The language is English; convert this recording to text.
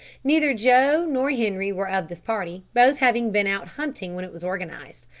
neither joe nor henri were of this party, both having been out hunting when it was organised.